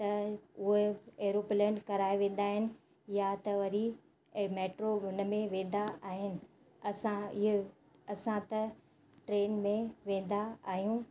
त उहे एरोप्लेन कराए वेंदा आहिनि या त वरी ए मेट्रो उन में वेंदा आहिनि असां इहे असां त ट्रेन में वेंदा आहियूं